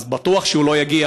אז בטוח הוא לא יגיע,